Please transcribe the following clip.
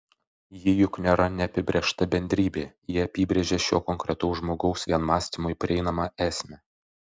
ji juk nėra neapibrėžta bendrybė ji apibrėžia šio konkretaus žmogaus vien mąstymui prieinamą esmę